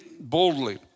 boldly